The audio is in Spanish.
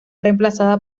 reemplazada